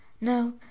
no